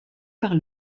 par